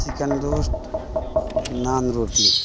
chicken roast naan روٹی